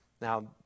Now